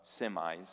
semis